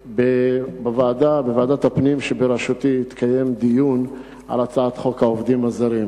בוועדת הפנים שבראשותי התקיים דיון על הצעת חוק העובדים הזרים.